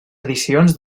edicions